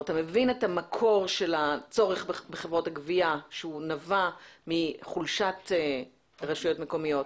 אתה מבין את המקור של הצורך בחברות הגבייה שנבע מחולשת רשויות מקומיות.